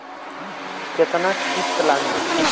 केतना किस्त लागी?